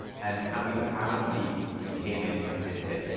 and and we had alan beak, who came in and did this.